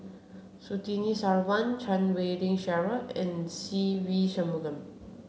Surtini Sarwan Chan Wei Ling Cheryl and Se Ve Shanmugam